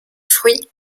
fruits